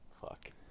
Fuck